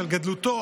על גדלותו,